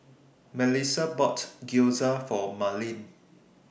Melissa bought Gyoza For Marlene